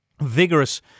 vigorous